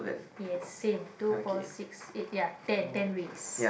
yes same two four six eight ya ten ten waste